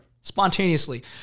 spontaneously